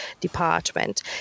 department